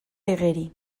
igeri